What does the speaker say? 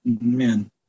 Amen